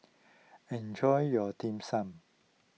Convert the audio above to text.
enjoy your Dim Sum